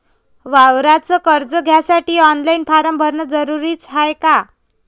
वावराच कर्ज घ्यासाठी ऑनलाईन फारम भरन जरुरीच हाय का?